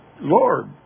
Lord